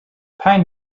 pine